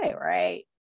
right